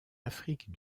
afrique